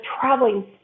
traveling